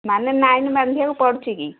ଆମେ ଲାଇନ୍ ବାନ୍ଧିଆକୁ ପଡ଼ୁଛି କି